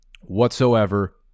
whatsoever